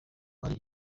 ari